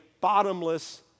bottomless